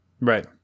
right